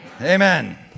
Amen